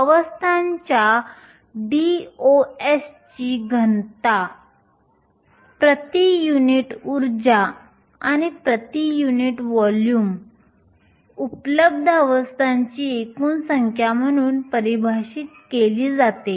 अवस्थांच्या घनता DOS ही प्रति युनिट ऊर्जा आणि प्रति युनिट व्हॉल्यूम उपलब्ध अवस्थांची एकूण संख्या म्हणून परिभाषित केली जाते